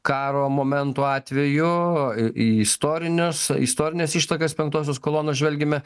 karo momentų atveju į istorinius istorines ištakas penktosios kolonos žvelgiame